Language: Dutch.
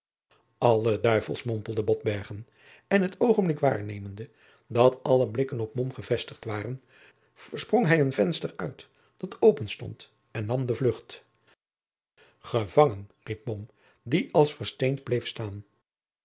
alle duivels mompelde botbergen en het oogenblik waarnemende dat alle blikken op mom gevestigd waren sprong hij een venster uit dat open stond en nam de vlucht gevangen riep mom die als versteend bleef staan